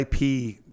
IP